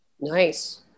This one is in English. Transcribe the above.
Nice